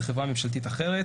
חברה ממשלתית אחרת.